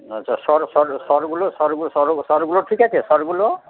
আচ্ছা স্বর স্বর স্বরগুলো স্বরগু স্বর স্বরগুলো ঠিক আছে স্বরগুলো